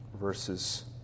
verses